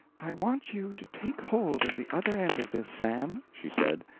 i want you to take hold of the other end of this, sam, she said,